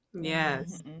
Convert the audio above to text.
Yes